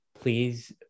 Please